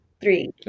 three